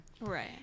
Right